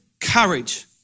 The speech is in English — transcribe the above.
courage